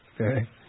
Okay